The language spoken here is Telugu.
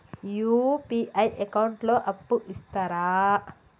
యూ.పీ.ఐ అకౌంట్ లో అప్పు ఇస్తరా?